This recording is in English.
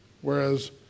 Whereas